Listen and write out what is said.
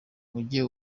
ujye